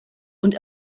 und